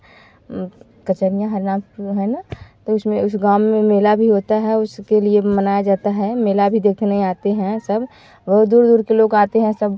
कचौनिया हनाप है ना तो उसमें उस गाँव में मेला भी होता है उसके लिए मनाया जाता है मेला भी देखने आते हैं सब बहुत दूर दूर के लोग आते हैं सब